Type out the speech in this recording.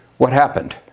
what happened?